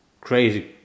crazy